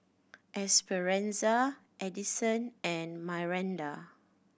Esperanza Edison and Myranda